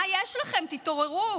מה יש לכם, תתעוררו.